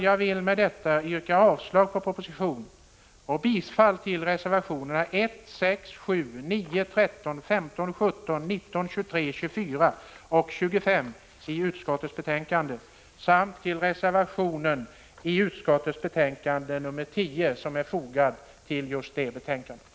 Jag vill med detta yrka avslag på propositionen och bifall till reservationerna 1, 6, 7, 9, 13, 15, 17, 19, 23, 24 och 25 i utskottets betänkande 5 samt bifall till den reservation som är fogad till utskottets betänkande 10.